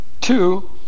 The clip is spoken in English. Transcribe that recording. Two